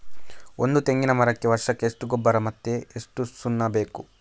ಒಂದು ತೆಂಗಿನ ಮರಕ್ಕೆ ವರ್ಷಕ್ಕೆ ಎಷ್ಟು ಗೊಬ್ಬರ ಮತ್ತೆ ಎಷ್ಟು ಸುಣ್ಣ ಬೇಕು?